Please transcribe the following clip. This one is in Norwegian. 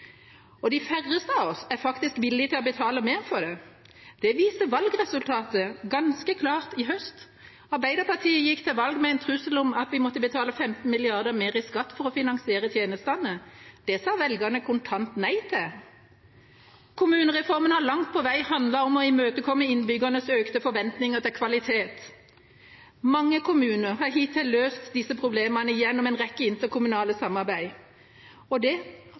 og de færreste av oss er faktisk villige til å betale mer for det. Det viste valgresultatet ganske klart i høst. Arbeiderpartiet gikk til valg med en trussel om at vi måtte 15 mrd. kr mer i skatt for å finansiere tjenestene. Det sa velgerne kontant nei til. Kommunereformen har langt på vei handlet om å imøtekomme innbyggernes økte forventninger til kvalitet. Mange kommuner har hittil løst disse problemene gjennom en rekke interkommunale samarbeid, og det